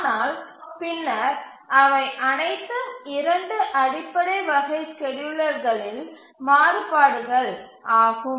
ஆனால் பின்னர் அவை அனைத்தும் 2 அடிப்படை வகை ஸ்கேட்யூலர்களின் மாறுபாடுகள் ஆகும்